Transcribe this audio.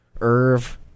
Irv